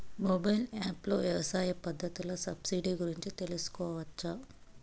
Mobile app లో వ్యవసాయ పథకాల సబ్సిడి గురించి తెలుసుకోవచ్చా?